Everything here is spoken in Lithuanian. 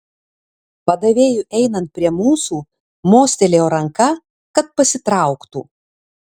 padavėjui einant prie mūsų mostelėjau ranka kad pasitrauktų